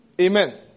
amen